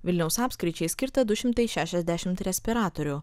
vilniaus apskričiai skirta du šimtai šešiasdešimt respiratorių